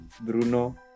Bruno